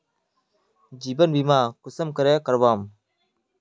जीवन बीमा कुंसम करे करवाम?